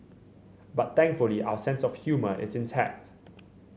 but thankfully our sense of humour is intact